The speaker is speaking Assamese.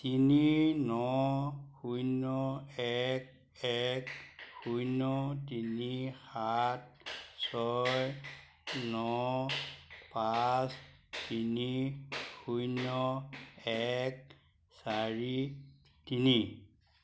তিনি ন শূন্য এক এক শূন্য তিনি সাত ছয় ন পাঁচ তিনি শূন্য এক চাৰি তিনি